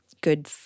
good